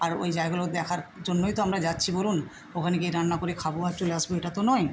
আর ওই জায়গাগুলো দেখার জন্যই তো আমরা যাচ্ছি বলুন ওখানে গিয়ে রান্না করে খাবো আর চলে আসবো এটা তো নয়